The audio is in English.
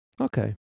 Okay